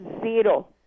zero